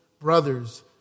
brothers